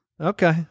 okay